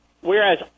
Whereas